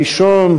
הראשון,